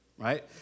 right